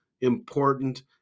important